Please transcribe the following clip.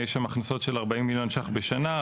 יש שם הכנסות של 40,000,000 ש"ח בשנה,